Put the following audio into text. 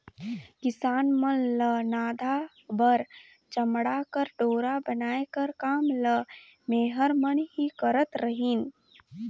किसान मन ल नाधा बर चमउा कर डोरा बनाए कर काम ल मेहर मन ही करत रहिन